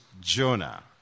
Jonah